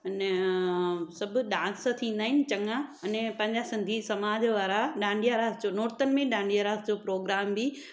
अने सभु डांस थींदा आहिनि चङा ऐं पंहिंजा सिंधी समाज वारा डांडिया रास जो नोरतन में डांडिया रास जो प्रोग्राम बि